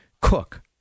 cook